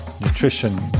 nutrition